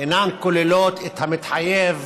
אינן כוללות את המתחייב